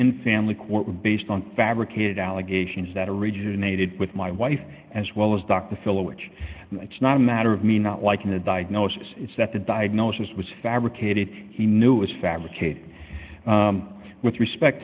in family court were based on fabricated allegations that originated with my wife as well as dr phil which it's not a matter of me not liking the diagnosis it's that the diagnosis was fabricated he knew is fabricated with respect